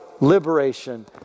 liberation